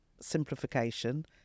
simplification